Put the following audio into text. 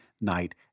night